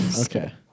Okay